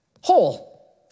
whole